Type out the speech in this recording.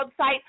website